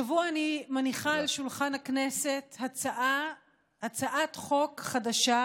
השבוע אני מניחה על שולחן הכנסת הצעת חוק חדשה,